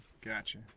Gotcha